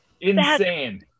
insane